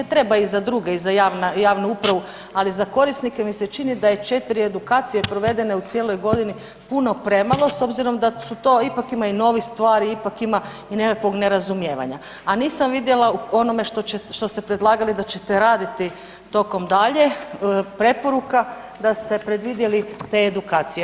Treba i za druge, i za javnu upravu, ali za korisnike mi se čini da je 4 edukacije provedene u cijeloj godini puno premalo, s obzirom da su to ipak ima i novih stvari, ipak ima i nekakvog nerazumijevanja, a nisam vidjela u onome što ste predlagali da ćete raditi tokom dalje, preporuka, da ste predvidjeli te edukacije.